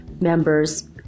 members